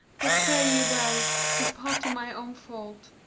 but fare ye well tis partly my own fault,